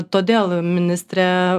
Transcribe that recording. todėl ministrė